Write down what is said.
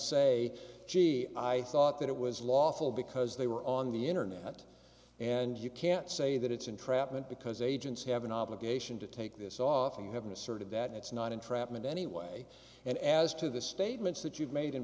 say gee i thought that it was lawful because they were on the internet and you can't say that it's entrapment because agents have an obligation to take this off and have asserted that it's not entrapment anyway and as to the statements that you've made in